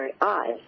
eyes